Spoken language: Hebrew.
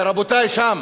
רבותי שם,